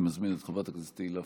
אני מזמין את חברת הכנסת תהלה פרידמן,